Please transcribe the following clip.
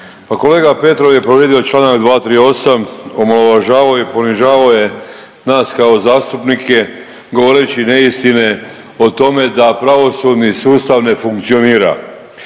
kolega Petrov je povrijedio čl. 238. omalovažavao je i ponižavao je nas kao zastupnike govoreći neistine o tome da pravosudni sustav ne funkcionira.